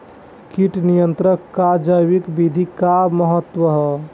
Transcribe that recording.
कीट नियंत्रण क जैविक विधि क का महत्व ह?